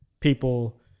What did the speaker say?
people